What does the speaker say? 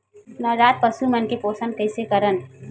नवजात पशु मन के पोषण कइसे करन?